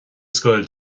scoil